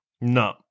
No